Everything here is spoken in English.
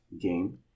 game